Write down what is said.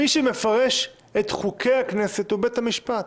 מי שמפרש את חוקי הכנסת הוא בית המשפט.